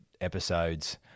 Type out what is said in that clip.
episodes